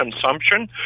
consumption